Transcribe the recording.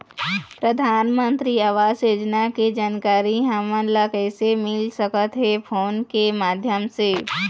परधानमंतरी आवास योजना के जानकारी हमन ला कइसे मिल सकत हे, फोन के माध्यम से?